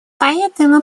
поэтому